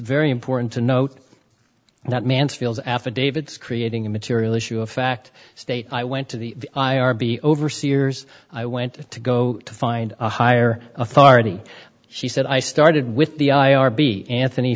very important to note that mansfield's affidavits creating a material issue of fact state i went to the i r b overseers i went to go to find a higher authority she said i started with the i r b anthony